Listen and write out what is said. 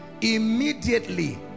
immediately